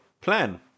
plan